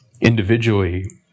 individually